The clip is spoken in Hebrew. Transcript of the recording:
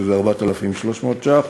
שזה 4,300 ש"ח,